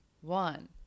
one